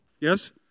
Yes